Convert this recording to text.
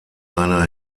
einer